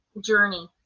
journey